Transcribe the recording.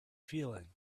feeling